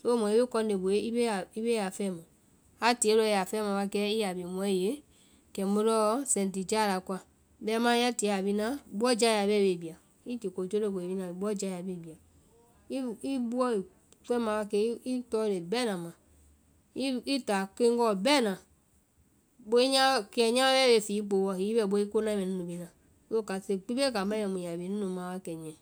So mɔ i bee kɔnde booɛ mɔ i bee a fɛma, a tie lɔɔ i ya fɛma wa kɛ i ya bee mɔɛ ye kɛ mu lɔɔ sɛtijaa la koa, bɛmaã ya tie a bina buɔ jaya bee i bia, i tia kojologboe bina buɔ jaya bee i bia. I buɔ i fɛma wa kɛ i tɔlee bɛna ma, i táa keŋgɔɔ bɛna, boi nyama kiya nyama bɛɛ bee fɛɛ i pooɔ hiŋi i bɛ boi konae mɛ nu nu mina, so kase bee kambá mai, mu ya bhii nu nu ma wa kɛ niyɛ.